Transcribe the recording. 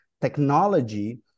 technology